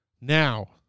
Now